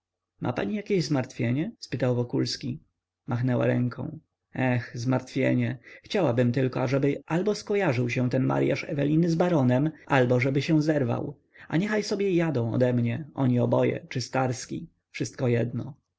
ma pani jakie zmartwienie spytał wokulski machnęła ręką eh zmartwienie chciałabym tylko ażeby albo skojarzył się ten maryaż eweliny z baronem albo żeby się zerwał albo niechaj sobie jadą odemnie oni oboje czy starski wszystko jedno